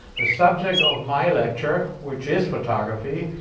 the subject of my lecture, which is photography.